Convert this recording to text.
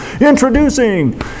Introducing